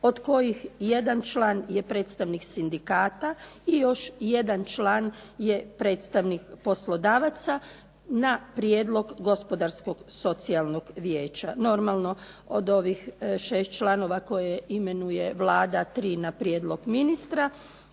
od kojih jedan član je predstavnik sindikata i još jedan član je predstavnik poslodavaca na prijedlog gospodarskog socijalnog vijeća. Naravno od ovih 6 članova koje imenuje Vlada, tri na prijedlog ministra,